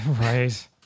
right